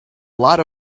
lot